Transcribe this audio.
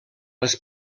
les